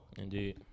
Indeed